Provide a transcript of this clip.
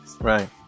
Right